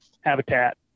habitat